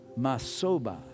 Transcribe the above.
masoba